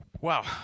Wow